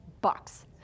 bucks